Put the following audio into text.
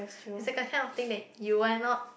is like the kind of thing that you why not